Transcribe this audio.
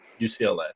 UCLA